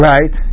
Right